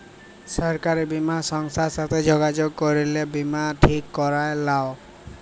সরকারি বীমা সংস্থার সাথে যগাযগ করে বীমা ঠিক ক্যরে লাও